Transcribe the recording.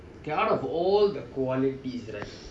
okay out of all the qualities that I feel